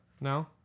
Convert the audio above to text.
No